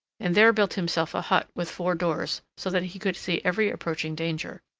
and there built himself a hut with four doors, so that he could see every approaching danger.